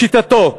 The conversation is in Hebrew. לשיטתו,